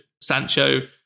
Sancho